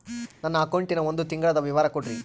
ನನ್ನ ಅಕೌಂಟಿನ ಒಂದು ತಿಂಗಳದ ವಿವರ ಕೊಡ್ರಿ?